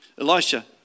Elisha